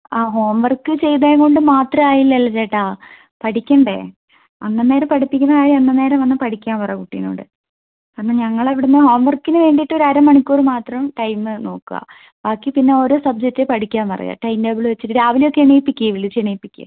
ആഹ് homework ചെയ്തതുകൊണ്ട് മാത്രമായില്ലല്ലോ ചേട്ടാ പഠിക്കണ്ടേ അന്നന്നേരം പഠിപ്പിക്കുന്ന കാര്യം അന്നന്നേരം വന്ന് പഠിക്കാൻ പറ കുട്ടീനോട് കാരണം ഞങ്ങൾ ഇവിടെ നിന്ന് ഹോംവർക്കിന് വേണ്ടിയിട്ട് ഒരു അര മണിക്കൂർ മാത്രം ടൈം നോക്കുകയാണ് ബാക്കി പിന്നെ ഓരോ സബ്ജക്ട് പഠിക്കാൻ പറയുക ടൈം ടേബിൾ വെച്ചിട്ട് രാവിലെയൊക്കെ എണീപ്പിക്ക് വിളിച്ച് എണീപ്പിക്ക്